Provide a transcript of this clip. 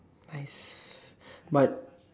nice but